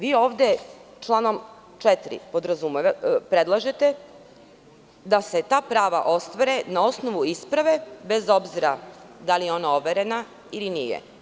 Vi ovde članom 4. predlažete da se ta prava ostvare na osnovu isprave, bez obzira da li je ona overena ili nije.